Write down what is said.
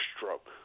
stroke